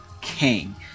king